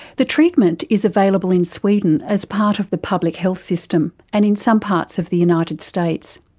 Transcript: the treatment is available in sweden as part of the public health system, and in some parts of the united states.